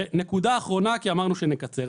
נקודה אחרונה כי אמרנו שנקצר.